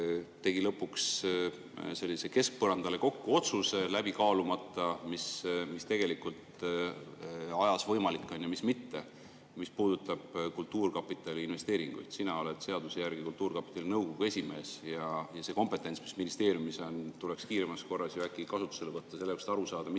tegi lõpuks sellise keskpõrandale-kokku-otsuse, kaalumata läbi, mis tegelikult võimalik on ja mis mitte, mis puudutab kultuurkapitali investeeringuid. Sina oled seaduse järgi kultuurkapitali nõukogu esimees ja see kompetents, mis ministeeriumis on, tuleks kiiremas korras kasutusele võtta, et saada